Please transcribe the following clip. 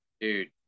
dude